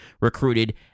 recruited